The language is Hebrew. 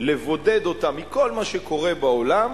לבודד אותה מכל מה שקורה בעולם,